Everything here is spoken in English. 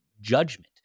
judgment